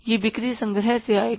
यह बिक्री संग्रह से आएगा